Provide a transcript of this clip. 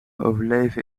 overleven